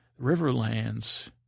Riverlands